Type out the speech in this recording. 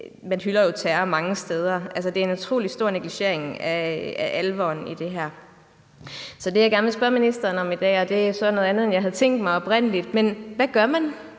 jo hylder terror mange steder. Det er en utrolig stor negligering af alvoren i det her. Så det, jeg gerne vil spørge ministeren om i dag, og det er så noget andet, end jeg oprindelig havde tænkt mig at spørge om, er: Hvad gør man